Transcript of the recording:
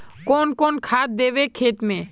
कौन कौन खाद देवे खेत में?